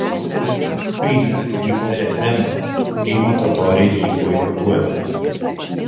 kryme vyksta referendumas krymo totoriai jį boikotuoja